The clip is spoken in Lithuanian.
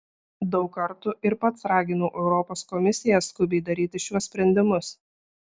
daug kartų ir pats raginau europos komisiją skubiai daryti šiuos sprendimus